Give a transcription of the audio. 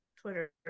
Twitter